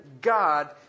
God